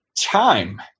time